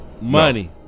Money